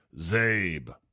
Zabe